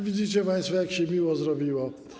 Widzicie państwo, jak się miło zrobiło.